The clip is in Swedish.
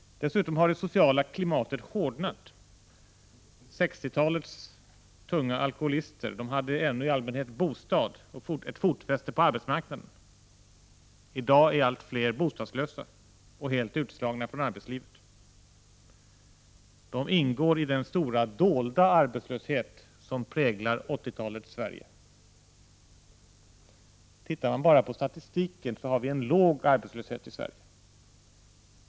Dessutom har det sociala klimatet hårdnat. 60-talets tunga alkoholister hade i allmänhet bostad och ett fotfäste på arbetsmarknaden. Men i dag är det allt fler som blir bostadslösa och helt utslagna från arbetslivet. De ingår i den stora dolda arbetslöshet som präglar 80-talets Sverige. Tittar man bara på statistiken, finner man att arbetslösheten är låg i Sverige.